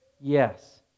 yes